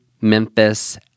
Memphis